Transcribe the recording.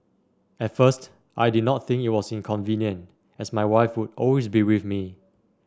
at first I did not think it was inconvenient as my wife would always be with me